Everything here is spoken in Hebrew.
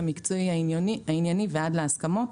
המקצועי והענייני ועד להסכמות,